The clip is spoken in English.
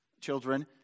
Children